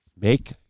make